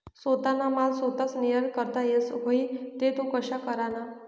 सोताना माल सोताच निर्यात करता येस व्हई ते तो कशा कराना?